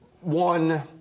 one